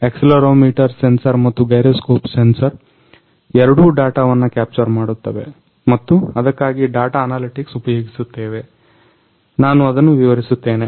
accelerometer sensor ಮತ್ತು gyroscope sensor ಎರಡೂ ಡಾಟವನ್ನ ಕ್ಯಾಪ್ಚರ್ ಮಾಡುತ್ತವೆ ಮತ್ತು ಅದಕ್ಕಾಗಿ ಡಾಟ ಅನಲೆಟಿಕ್ಸ್ ಉಪಯೋಗಿಸುತ್ತೇವೆ ನಾನು ಅದನ್ನ ವಿವರಿಸುತ್ತೇನೆ